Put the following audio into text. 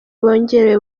bongerewe